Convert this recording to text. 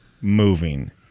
moving